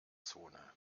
zone